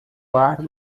bar